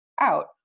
out